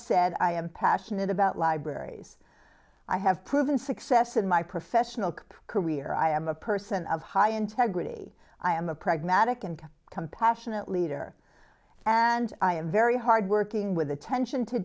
said i am passionate about libraries i have proven success in my professional career i am a person of high integrity i am a pragmatic and compassionate leader and i am very hard working with attention to